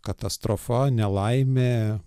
katastrofa nelaimė